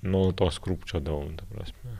nuolatos krūpčiodavau ta prasme